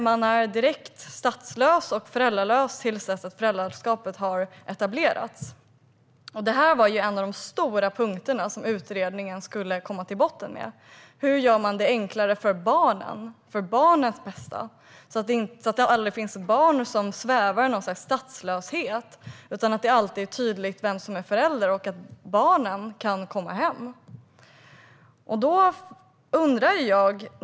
Man är direkt statslös och föräldralös till dess att föräldraskapet har etablerats. Detta var en av de viktiga punkterna som utredningen skulle gå till botten med. Hur gör man det enklare för barnen - för barnens bästa - så att det aldrig finns barn som svävar i något slags statslöshet? Hur gör man så att det alltid är tydligt vem som är förälder och så att barnen kan komma hem?